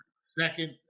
second